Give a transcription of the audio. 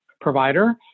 provider